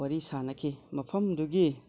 ꯋꯥꯔꯤ ꯁꯥꯟꯅꯈꯤ ꯃꯐꯝꯗꯨꯒꯤ